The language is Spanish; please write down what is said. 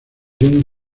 jung